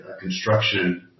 construction